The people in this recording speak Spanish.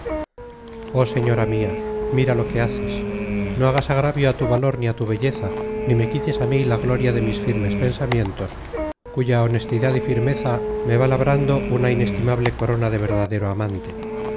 oh señora mia mira lo que haces no hagas agravio á tu valor ni á tu belleza ni me quites á mí la gloria de mis firmes pensamientos cuya honestidad y firmeza me va labrando una inestimable corona de verdadero amante